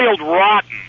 rotten